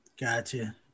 Gotcha